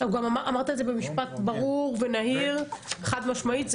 אמרת את זה במשפט ברור ונהיר חד משמעית,